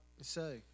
say